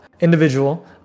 Individual